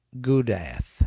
Gudath